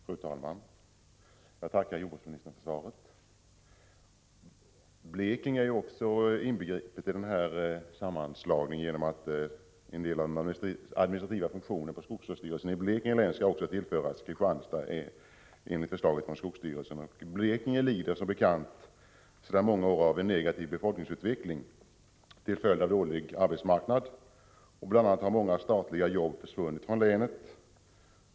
Fru talman! Jag tackar jordbruksministern för svaret. Även Blekinge är ju inbegripet i denna sammanslagning, genom att en del av den administrativa funktionen på skogsvårdsstyrelsen i Blekinge län skall tillföras Kristianstads län, enligt förslaget från skogsstyrelsen. Och Blekinge lider som bekant sedan många år av en negativ befolkningsutveckling till följd av dålig arbetsmarknad. Bl. a. har många statliga jobb försvunnit från länet.